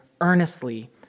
earnestly